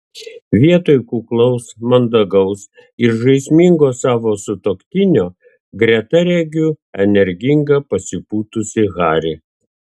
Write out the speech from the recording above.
vietoj kuklaus mandagaus ir žaismingo savo sutuoktinio greta regiu energingą pasipūtusį harį